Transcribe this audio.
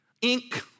ink